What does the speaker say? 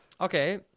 okay